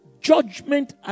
judgment